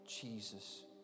Jesus